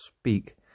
speak